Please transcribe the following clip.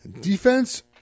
Defense